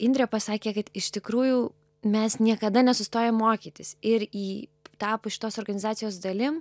indrė pasakė kad iš tikrųjų mes niekada nesustojam mokytis ir į tapus šitos organizacijos dalim